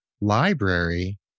library